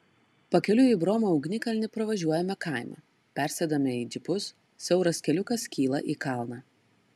pakeliui į bromo ugnikalnį pravažiuojame kaimą persėdame į džipus siauras keliukas kyla į kalną